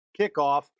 kickoff